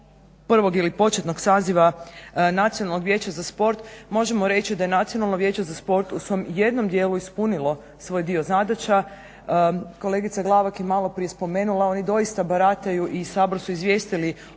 prvog ili početnog saziva Nacionalnog vijeća za sport možemo reći da je Nacionalno vijeće za sport u svom jednom dijelu ispunilo svoj dio zadaća. Kolegica Glavak je malo prije spomenula oni doista barataju i Sabor su izvijestili o